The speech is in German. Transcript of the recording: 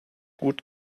gut